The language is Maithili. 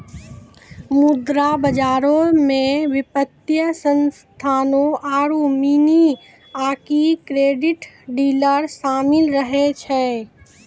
मुद्रा बजारो मे वित्तीय संस्थानो आरु मनी आकि क्रेडिट डीलर शामिल रहै छै